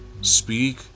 speak